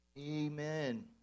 Amen